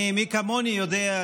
מי כמוני יודע,